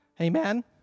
Amen